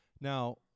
Now